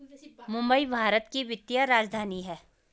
मुंबई भारत की वित्तीय राजधानी है